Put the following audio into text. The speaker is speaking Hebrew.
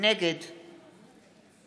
נגד